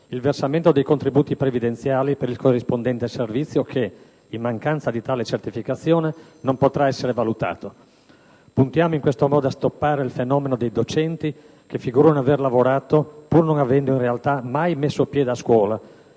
il versamento dei contributi previdenziali per il corrispondente servizio che, in mancanza di tale certificazione, non potrà essere valutato. Puntiamo in questo modo a stoppare il fenomeno dei docenti che figurano aver lavorato, pur non avendo in realtà mai messo piede a scuola